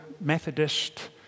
Methodist